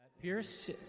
Pierce